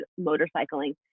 motorcycling